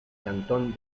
cantón